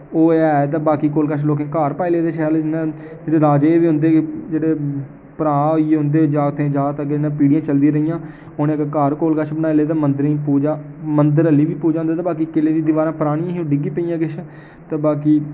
ओह् ऐ ते बाकी कशा लोकें घर पाई लेदे शैल इ'यां राजै ते उं'दे जेह्ड़े भ्राऽ होई गे उं'दे जागतै दे जागत होई गे अग्गै पीढ़ियां चलदियां रेहियां उ'नें घर गै कच्छ कोल बनाई ले ते मंदरें गी पूजा मंदर हल्ली बी पूजा होंदी ते किले दियां दिबारां परानियां हि'यां ते डिग्गी पेइयां किश ते बाकी